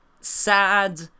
sad